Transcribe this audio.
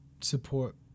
support